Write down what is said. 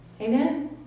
Amen